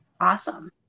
Awesome